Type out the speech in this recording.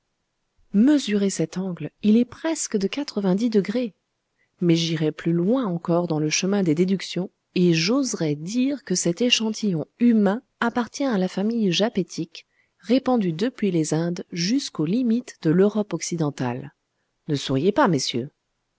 mesurez cet angle il est presque de quatre-vingt-dix degrés mais j'irai plus loin encore dans le chemin des déductions et j'oserai dire que cet échantillon humain appartient à la famille japétique répandue depuis les indes jusqu'aux limites de l'europe occidentale ne souriez pas messieurs